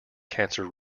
cancer